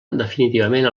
definitivament